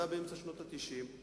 זה היה באמצע שנות ה-90,